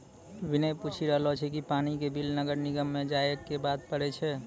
विनय पूछी रहलो छै कि पानी के बिल नगर निगम म जाइये क दै पड़ै छै?